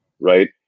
right